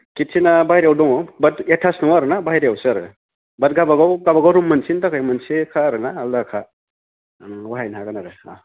किट्चेना बाहेरायाव दङ बाट एटाच नङा आरोना बाहेरायावसो आरो बाट गावबा गाव रुम मोनसेनि थाखाय मोनसेखा आरोना आलादा खा बाहायनो हागोन आरो